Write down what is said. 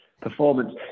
performance